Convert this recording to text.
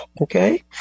okay